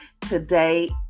today